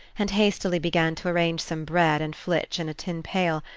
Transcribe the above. and hastily began to arrange some bread and flitch in a tin pail,